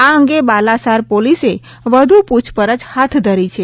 આ અંગે બાલાસાર પોલીસે વધુ પૂછપરછ હાથ ધરી છે